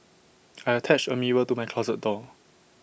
I attached A mirror to my closet door